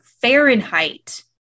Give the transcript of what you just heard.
Fahrenheit